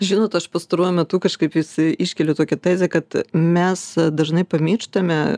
žinot aš pastaruoju metu kažkaip visi iškeliu tokią tezę kad mes dažnai pamirštame